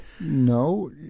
No